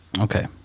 Okay